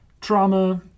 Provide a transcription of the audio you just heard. Trauma